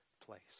place